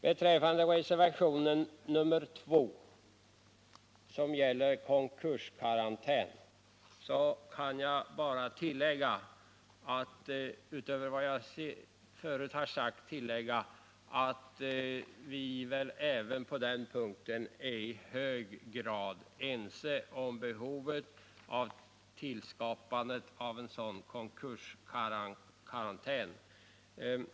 Beträffande reservationen 2, som gäller konkurskarantän, kan jag bara, utöver vad jag förut har sagt, tillägga att vi är i hög grad ense om behovet av en 61 sådan konkurskarantän.